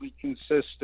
consistent